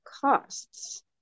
costs